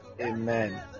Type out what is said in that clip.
Amen